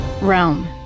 Realm